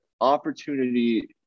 opportunity